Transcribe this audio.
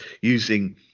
using